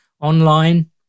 online